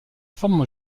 forme